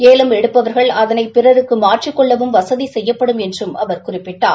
ஏலம் எடுப்பவர்கள் அதனை பிறருக்கு மாற்றிக் கொள்ளவும் வசதி செய்யப்படும் என்றும் அவர் குறிப்பிட்டார்